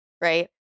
right